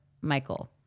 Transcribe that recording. Michael